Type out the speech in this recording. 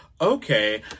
Okay